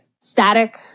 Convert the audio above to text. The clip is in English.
static